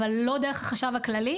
אבל לא דרך החשב הכללי.